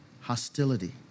hostility